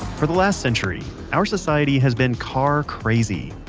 for the last century our society has been car crazy.